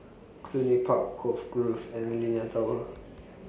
Cluny Park Cove Grove and Millenia Tower